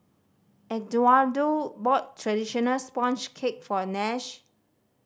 Eduardo bought traditional sponge cake for Nash